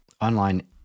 online